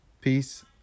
peace